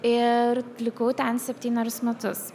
ir likau ten septynerius metus